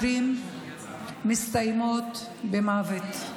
הרבה מהמקרים מסתיימים במוות.